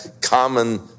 common